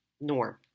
norm